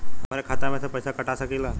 हमरे खाता में से पैसा कटा सकी ला?